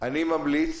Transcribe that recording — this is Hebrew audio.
אני ממליץ,